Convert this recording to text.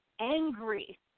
angry